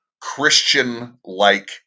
Christian-like